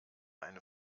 eine